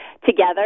together